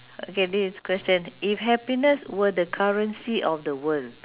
okay this question if happiness were the currency of the world